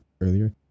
earlier